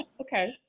Okay